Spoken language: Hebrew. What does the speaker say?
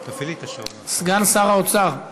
סגן שר האוצר,